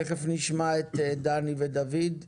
תכף נשמע את דני ודוד.